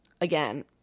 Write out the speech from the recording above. again